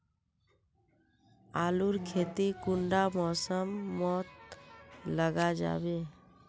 आलूर खेती कुंडा मौसम मोत लगा जाबे?